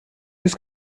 ist